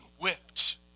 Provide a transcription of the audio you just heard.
whipped